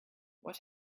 what